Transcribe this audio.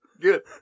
Good